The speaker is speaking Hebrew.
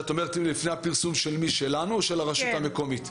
לפני הפרסום של מי, שלנו או של הרשות המקומית?